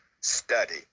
study